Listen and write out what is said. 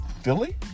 Philly